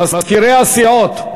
מזכירי הסיעות,